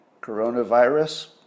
Coronavirus